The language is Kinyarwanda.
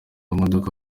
imodoka